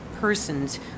persons